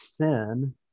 sin